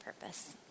purpose